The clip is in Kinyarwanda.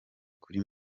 kuri